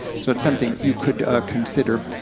so it's something you could consider.